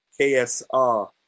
KSR